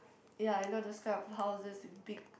ya I know those kind of houses with big